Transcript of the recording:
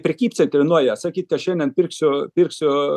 prekybcentry nuėje sakyt kad šiandien pirksiu pirksiu